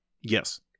Yes